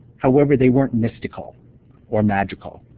however they weren't mystical or magical.